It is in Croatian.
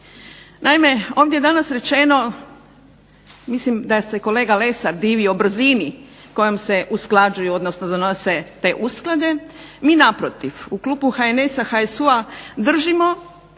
Naime ovdje je danas rečeno, mislim da se kolega Lesar divio brzini kojom se usklađuju, odnosno donose te usklade, mi naprotiv u klubu HNS-a, HSU-a držimo